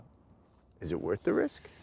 is it worth the risk?